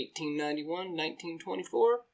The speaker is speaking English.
1891-1924